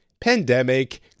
Pandemic